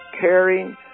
caring